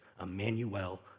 Emmanuel